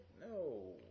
No